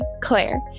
Claire